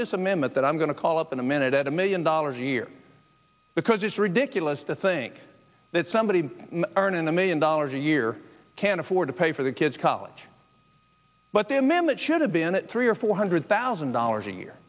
this amendment that i'm going to call up in a minute at a million dollars a year because it's ridiculous to think that somebody earning a million dollars a year can afford to pay for their kids college but their members should have been at we are four hundred thousand dollars a year